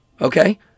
Okay